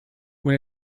when